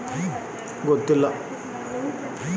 ಮೆಕ್ಕೆಜೋಳವನ್ನು ಬಿತ್ತಲು ಬಳಸುವ ಉತ್ತಮ ಬಿತ್ತುವ ಮಷೇನ್ ಯಾವುದು?